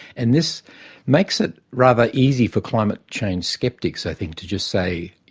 and this makes it rather easy for climate change sceptics, i think, to just say,